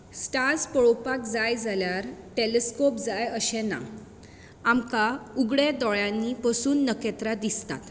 stars पळोवपाक जाय जाल्यार टॅलेस्कोप जाय अशें ना आमकां उगड्यां दोळ्यांनी बसून नखेत्रां दिसतात